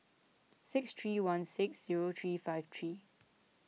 six three one six zero three five three